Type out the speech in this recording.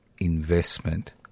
investment